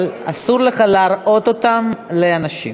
אבל אסור לך להראות אותם לאנשים,